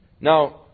Now